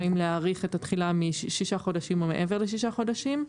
האם להאריך את התחילה למעבר לשישה חודשים?